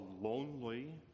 lonely